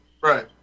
right